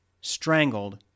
strangled